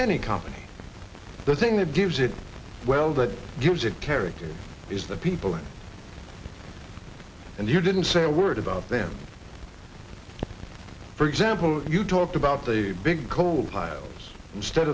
any company the thing that gives it well that gives it character is the people and you didn't say a word about them for example you talked about the big coal piles instead